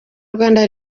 rwanda